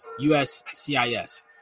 USCIS